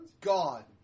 God